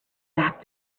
back